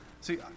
See